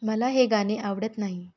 मला हे गाणे आवडत नाही